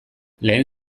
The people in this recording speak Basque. lehen